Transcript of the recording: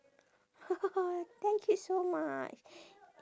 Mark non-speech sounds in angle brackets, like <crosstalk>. <laughs> thank you so much